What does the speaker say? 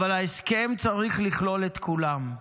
אבל ההסכם צריך לכלול את כולם.